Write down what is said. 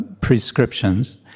prescriptions